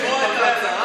יש בחירות.